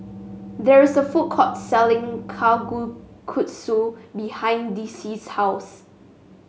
there is a food court selling Kalguksu behind Dicy's house